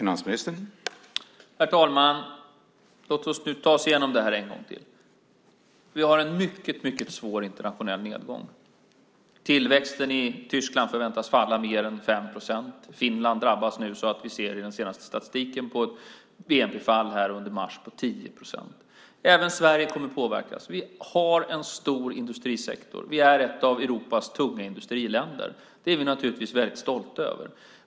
Herr talman! Låt oss ta oss igenom detta en gång till. Vi har en mycket svår internationell nedgång. Tillväxten i Tyskland förväntas falla mer än 5 procent. Finland drabbas nu. Där ser vi i den senaste statistiken ett bnp-fall i mars på 10 procent. Även Sverige kommer att påverkas. Vi har en stor industrisektor. Vi är ett av Europas tunga industriländer. Det är vi naturligtvis väldigt stolta över.